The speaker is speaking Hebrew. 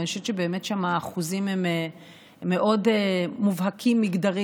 אבל אני חושבת שהאחוזים שם הם מאוד מובהקים מגדרית.